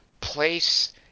place